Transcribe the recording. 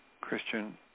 Christian